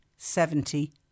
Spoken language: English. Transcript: Seventy